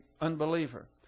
unbeliever